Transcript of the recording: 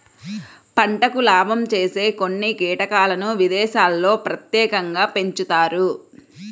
పంటకు లాభం చేసే కొన్ని కీటకాలను విదేశాల్లో ప్రత్యేకంగా పెంచుతారు